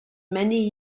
many